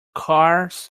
cars